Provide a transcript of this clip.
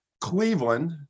Cleveland